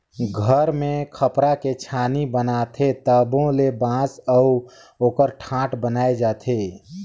घर मे खपरा के छानी बनाथे तबो ले बांस अउ ओकर ठाठ बनाये जाथे